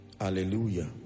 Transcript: Hallelujah